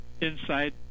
inside